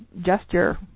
gesture